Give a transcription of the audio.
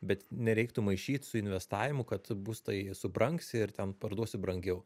bet nereiktų maišyt su investavimu kad būstai subrangs ir ten parduosi brangiau